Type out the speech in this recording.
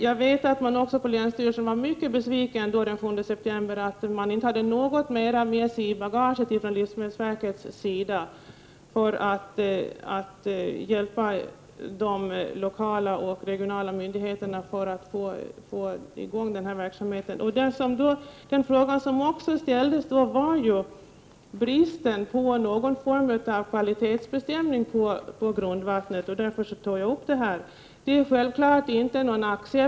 Jag vet att man också på länsstyrelsen den 7 september var mycket besviken över att livsmedelsverket inte hade något mer med sig i bagaget för att hjälpa de lokala och regionala myndigheterna att komma i gång med den här verksamheten. Den fråga som också ställdes handlade om bristen på någon form av kvalitetsbestämning på grundvattnet. Därför tar jag upp den — Prot. 1988/89:18 frågan här.